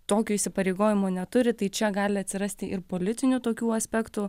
tokių įsipareigojimų neturi tai čia gali atsirasti ir politinių tokių aspektų